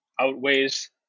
outweighs